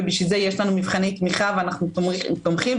ולכן יש לנו מבחני תמיכה ואנחנו תומכים,